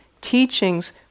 teachings